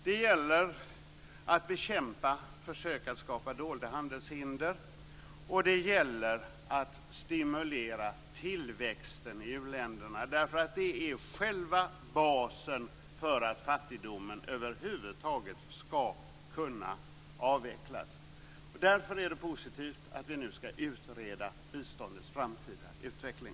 Det gäller att bekämpa försök att skapa dolda handelshinder, och det gäller att stimulera tillväxten i u-länderna. Det är nämligen själva basen för att fattigdomen över huvud taget skall kunna avvecklas. Därför är det positivt att vi nu skall utreda biståndets framtida utveckling.